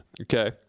Okay